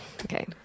Okay